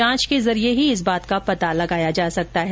जांच के जरिए ही इस बात का पता लगाया जा सकता है